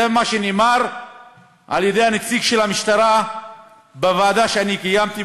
זה מה שאמר נציג המשטרה בוועדה שאני קיימתי,